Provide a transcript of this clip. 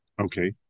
Okay